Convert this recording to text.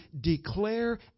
declare